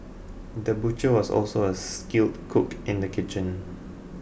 the butcher was also a skilled cook in the kitchen